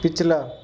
पिछला